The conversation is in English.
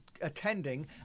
attending